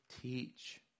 teach